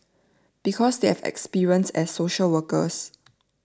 because they have experience as social workers